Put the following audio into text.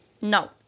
No